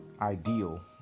ideal